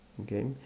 okay